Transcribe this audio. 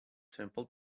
simple